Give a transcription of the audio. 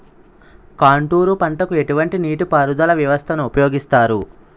Contour పంటకు ఎటువంటి నీటిపారుదల వ్యవస్థను ఉపయోగిస్తారు?